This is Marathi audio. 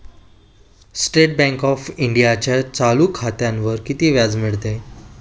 स्टेट बँक ऑफ इंडियामध्ये चालू खात्यावर किती व्याज मिळते?